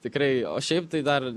tikrai o šiaip tai dar